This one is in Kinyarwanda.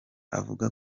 avuga